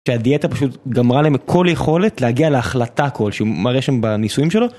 שהדיאטה פשוט גמרה להם כל יכולת להגיע להחלטה כל, שהוא מראה שם בניסויים שלו.